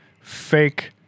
fake